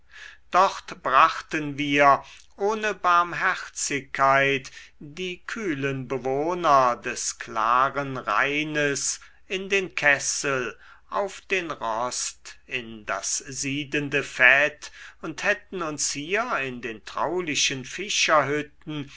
dort brachten wir ohne barmherzigkeit die kühlen bewohner des klaren rheines in den kessel auf den rost in das siedende fett und hätten uns hier in den traulichen